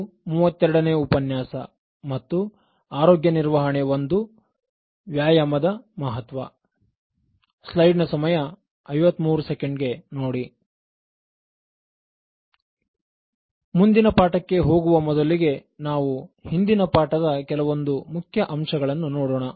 ಇದು 32ನೇ ಉಪನ್ಯಾಸ ಮತ್ತು ಆರೋಗ್ಯನಿರ್ವಹಣೆ 1 ವ್ಯಾಯಾಮದ ಮಹತ್ವ ಮುಂದಿನ ಪಾಠಕ್ಕೆ ಹೋಗುವ ಮೊದಲಿಗೆ ನಾವು ಹಿಂದಿನ ಪಾಠದ ಕೆಲವೊಂದು ಮುಖ್ಯ ಅಂಶಗಳನ್ನು ನೋಡೋಣ